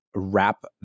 wrap